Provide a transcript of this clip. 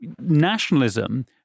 nationalism